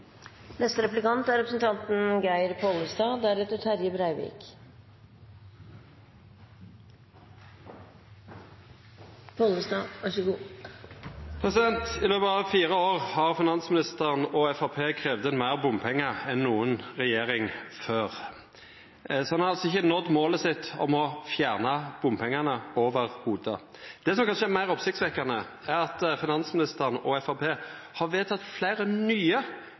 fire år har finansministeren og Framstegspartiet kravd inn meir bompengar enn nokon regjering før. Dei har altså ikkje nådd målet sitt om å fjerna bompengane i det heile. Det som kanskje er meir oppsiktsvekkjande, er at finansministeren og Framstegspartiet har vedteke fleire nye